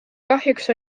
kahjuks